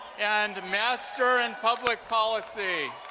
and master in public policy.